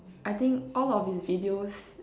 I think all of his videos